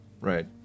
Right